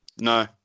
No